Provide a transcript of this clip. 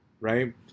right